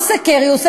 הוא עושה טעות,